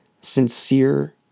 sincere